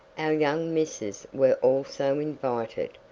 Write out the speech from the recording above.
our young misses were also invited,